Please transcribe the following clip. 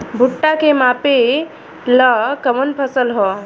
भूट्टा के मापे ला कवन फसल ह?